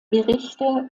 berichte